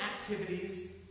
activities